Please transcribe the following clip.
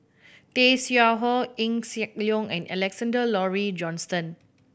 Tay Seow Huah Eng Siak and Alexander Laurie Johnston